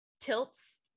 tilts